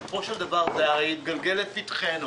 בסופו של דבר זה יתגלגל לפתחנו.